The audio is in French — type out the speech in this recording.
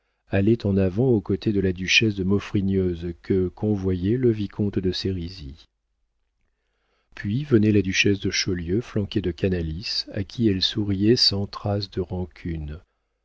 allait en avant aux côtés de la duchesse de maufrigneuse que convoyait le vicomte de sérizy puis venait la duchesse de chaulieu flanquée de canalis à qui elle souriait sans trace de rancune